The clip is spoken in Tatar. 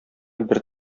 бер